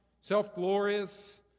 self-glorious